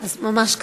אז ממש קצר.